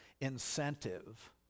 incentive